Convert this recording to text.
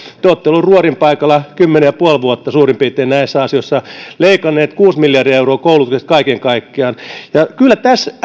te olette olleet ruorin paikalla suurin piirtein kymmenen pilkku viisi vuotta näissä asioissa leikanneet kuusi miljardia euroa koulutuksesta kaiken kaikkiaan kyllä